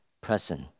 present